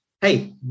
Hey